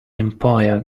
empire